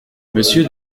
monsieur